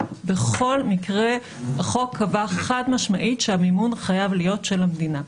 בכל מקרה החוק קבע חד משמעית שהמימון חייב להיות של המדינה.